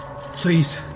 Please